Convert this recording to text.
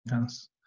Yes